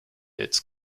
its